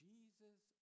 Jesus